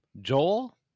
Joel